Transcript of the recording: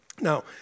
Now